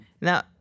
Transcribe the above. Now